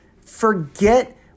Forget